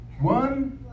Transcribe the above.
one